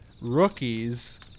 rookies